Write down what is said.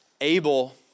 Abel